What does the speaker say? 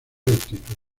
altitud